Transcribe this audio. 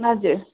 हजुर